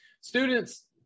Students